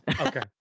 Okay